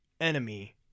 enemy